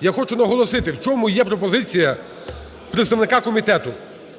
Я хочу наголосити, в чому є пропозиція представника комітету,